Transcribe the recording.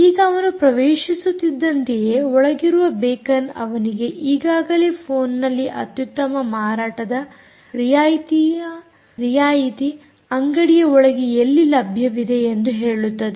ಈಗ ಅವನು ಪ್ರವೇಶಿಸುತ್ತಿದ್ದಂತೆಯೇ ಒಳಗಿರುವ ಬೇಕನ್ ಅವನಿಗೆ ಈಗಾಗಲೇ ಫೋನ್ ನಲ್ಲಿ ಅತ್ಯುತ್ತಮ ಮಾರಾಟದ ರಿಯಾಯಿತಿ ಅಂಗಡಿಯ ಒಳಗೆ ಎಲ್ಲಿ ಲಭ್ಯವಿದೆ ಎಂದು ಹೇಳುತ್ತದೆ